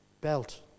belt